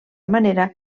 manera